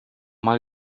mal